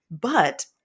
But-